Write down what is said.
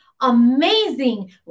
amazing